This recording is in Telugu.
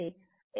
కాబట్టి X1 X2